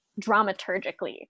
dramaturgically